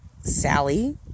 Sally